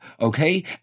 okay